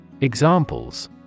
Examples